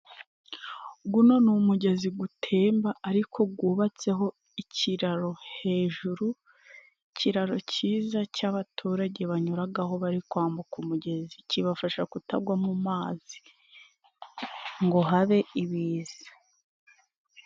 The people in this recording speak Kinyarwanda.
Guno ni umugezi gutemba ariko gwubatseho ikiraro hejuru. Ikiraro cyiza cy'abaturage banyuragaho bari kwambuka umugezi, kibafasha kutagwa mu mazi ngo habe ibiza.